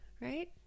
right